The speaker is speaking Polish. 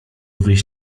wyjść